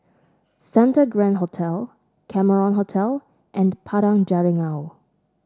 Santa Grand Hotel Cameron Hotel and Padang Jeringau